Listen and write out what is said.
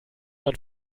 man